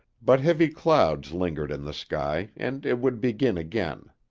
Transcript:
but heavy clouds lingered in the sky and it would begin again.